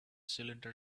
cylinder